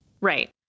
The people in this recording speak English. Right